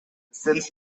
since